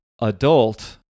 adult